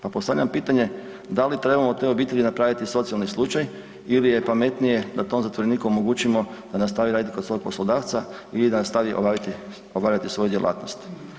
Pa postavljam pitanje da li trebamo od te obitelji napraviti socijalni slučaj ili je pametnije da tom zatvoreniku omogućimo da nastavi raditi kod svog poslodavca ili da nastavi obavljati svoju djelatnost.